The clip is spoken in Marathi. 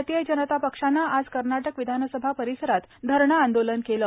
दुसरीकडे भारतीय जनता पक्षानं आज कर्नाटक विधानसभा परिसरात धरणे आंदोलन केलं